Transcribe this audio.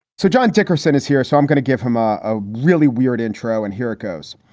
so john dickerson is here, so i'm going to give him a ah really weird intro and here it goes.